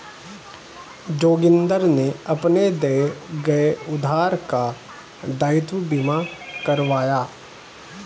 जोगिंदर ने अपने दिए गए उधार का दायित्व बीमा करवाया